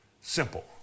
simple